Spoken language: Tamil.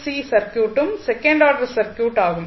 சி சர்க்யூட்டும் செகண்ட் ஆர்டர் சர்க்யூட் ஆகும்